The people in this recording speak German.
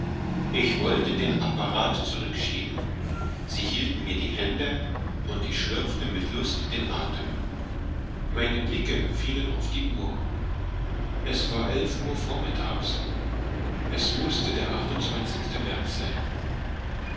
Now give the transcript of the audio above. ich wollte den apparat zurück schieben sie hielten mir die hände und ich schlürfte mit luft den athem meine blicke fielen auf die uhr es war elf uhr vormittags es mußte der märz sein